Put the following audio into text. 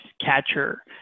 catcher